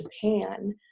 Japan